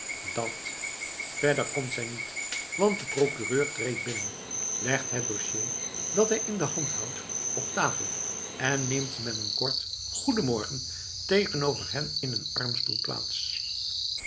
dat verder komt zij niet want de procureur treedt binnen legt het dossier dat hij in de hand houdt op tafel en neemt met een kort goeden morgen tegenover hen in een armstoel plaats